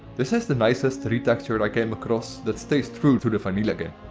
this is the nicest retexture i came across that stays true to the vanilla game.